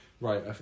right